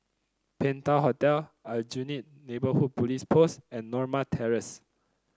Penta Hotel Aljunied Neighbourhood Police Post and Norma Terrace